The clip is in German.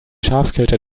schafskälte